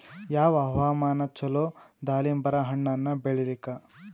ಯಾವ ಹವಾಮಾನ ಚಲೋ ದಾಲಿಂಬರ ಹಣ್ಣನ್ನ ಬೆಳಿಲಿಕ?